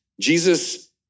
Jesus